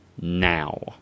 now